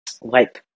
wipe